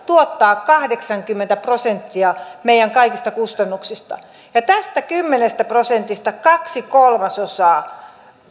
tuottaa kahdeksankymmentä prosenttia meidän kaikista kustannuksista ja tästä kymmenestä prosentista kaksi kolmasosaa